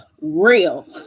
real